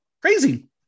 Crazy